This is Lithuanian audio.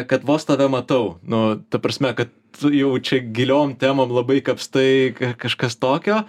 kad vos tada matau nu ta prasme kad jaučia giliom temom labai kapstai kažkas tokio